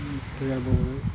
ಅಂತ ಹೇಳ್ಬೋದು